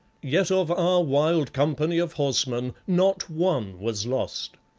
yet of our wild company of horsemen not one was lost.